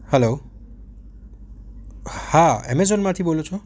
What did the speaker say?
hello હા એમેઝોનમાંથી બોલો છો